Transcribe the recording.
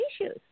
issues